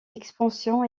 expansion